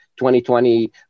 2020